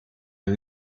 een